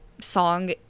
song